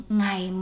ngày